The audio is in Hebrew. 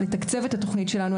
לתקצב את התוכנית שלנו.